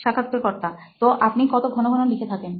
সাক্ষাৎকারকর্তা তো আপনি কত ঘন ঘন লিখে থাকেন